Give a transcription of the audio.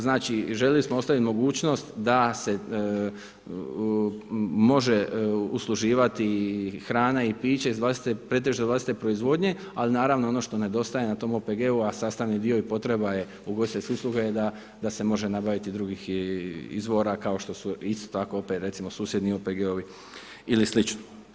Znači željeli smo ostaviti mogućnost da se može usluživati hrana i piće iz pretežito vlastite proizvodnje, ali naravno ono što nedostaje na tom OPG-u a sastavni dio i potreba je ugostiteljskih usluga da se može nabaviti iz drugih izvora kao što su isto tako opet recimo susjedni OPG-i ili sl.